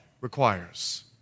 requires